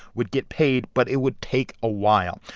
would get paid, but it would take a while.